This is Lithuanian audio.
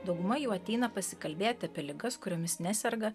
dauguma jų ateina pasikalbėti apie ligas kuriomis neserga